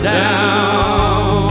down